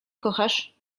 kochasz